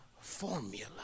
formula